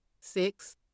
Six